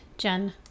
Jen